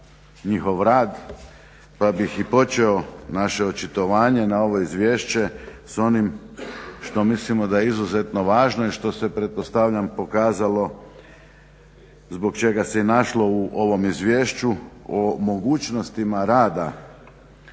njihov rad pa bih i počeo naše očitovanje na ovo izvješće s onim što mislimo da je izuzetno važno i što sve pretpostavljam pokazalo zbog čega se i našlo u ovom izvješću o mogućnostima rada